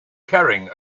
carrying